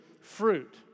fruit